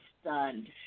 stunned